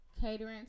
catering